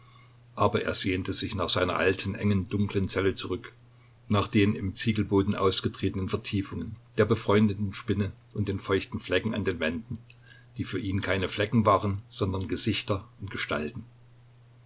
aber er sehnte sich nach seiner alten engen dunklen zelle zurück nach den im ziegelboden ausgetretenen vertiefungen der befreundeten spinne und den feuchten flecken an den wänden die für ihn keine flecken waren sondern gesichter und gestalten